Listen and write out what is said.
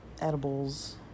edibles